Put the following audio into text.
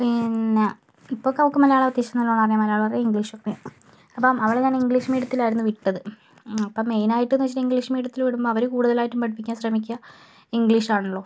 പിന്നെ ഇപ്പമൊക്കെ അവൾക്ക് മലയാളം അത്യാവശ്യം നല്ലൊണം അറിയാം മലയാളം അല്ല ഇഗ്ലീഷ് ഒക്കെ അപ്പം അവളെ ഞാൻ ഇംഗ്ലീഷ് മീഡിയത്തിലായിരുന്നു വിട്ടത് അപ്പം മെയിനായിട്ടെന്ന് വച്ചിട്ടുണ്ടെങ്കില് ഇംഗ്ലീഷ് മീഡിയത്തിൽ വിടുമ്പം അവര് കൂടുതലായിട്ടും പഠിപ്പിക്കാൻ ശ്രമിക്കുക ഇംഗ്ലീഷ് ആണല്ലോ